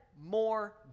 more